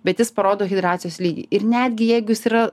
bet jis parodo hidracijos lygį ir netgi jeigu jis yra